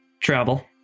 travel